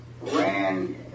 ran